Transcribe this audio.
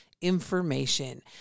information